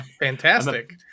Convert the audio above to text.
Fantastic